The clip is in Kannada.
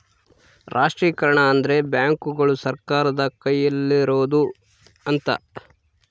ರಾಷ್ಟ್ರೀಕರಣ ಅಂದ್ರೆ ಬ್ಯಾಂಕುಗಳು ಸರ್ಕಾರದ ಕೈಯಲ್ಲಿರೋಡು ಅಂತ